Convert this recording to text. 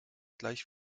gleich